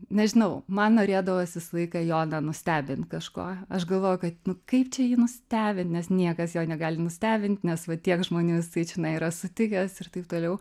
nežinau man norėdavos visą laiką jo nustebint kažkuo aš galvojau kad nu kaip čia jį nustebint nes niekas jo negali nustebint nes va tiek žmonių jisai čionai yra sutikęs ir taip toliau